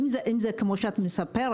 אם זה כמו שאת מספרת,